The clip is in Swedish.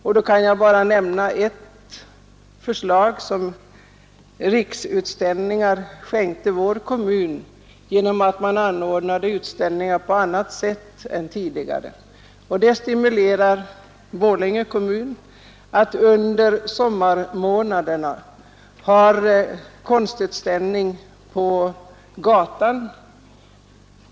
Jag skall bara nämna ett förslag som Riksutställningar skänkte vår kommun genom att föreslå andra former av utställningar. Det stimulerade Borlänge kommun att under de senaste fem åren under sommarmånaderna ha konstutställning på gatan.